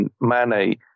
Mane